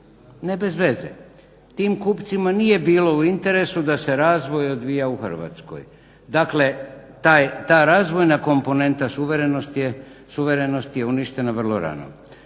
Ne bez veze. Tim kupcima nije bilo u interesu da se razvoj odvija u Hrvatskoj. Dakle ta razvojna komponenta suverenosti je uništena vrlo rano.